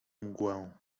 mgłę